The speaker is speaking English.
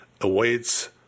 awaits